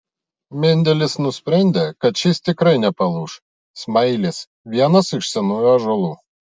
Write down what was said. mendelis nusprendė kad šis tikrai nepalūš smailis vienas iš senųjų ąžuolų